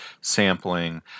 sampling